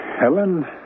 Helen